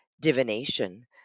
divination